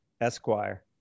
Esquire